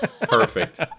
Perfect